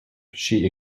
she